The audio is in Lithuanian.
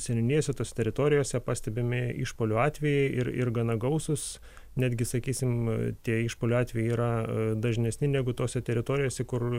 seniūnijose tose teritorijose pastebimi išpuolių atvejai ir ir gana gausūs netgi sakysim tie išpuolių atvejai yra dažnesni negu tose teritorijose kur